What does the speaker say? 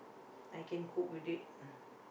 I can cope with it